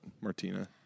Martina